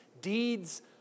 deeds